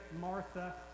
Martha